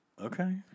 Okay